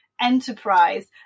enterprise